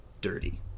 dirty